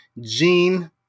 Gene